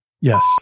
Yes